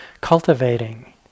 cultivating